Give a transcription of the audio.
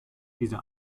dieser